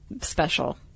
special